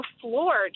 floored